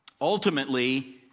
Ultimately